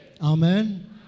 Amen